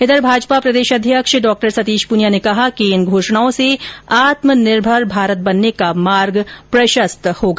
इधर भाजपा प्रदेशअध्यक्ष सतीश पूनिया ने कहा कि इन घोषणाओं से आत्मनिर्भर भारत बनने का मार्ग प्रशस्त होगा